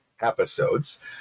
episodes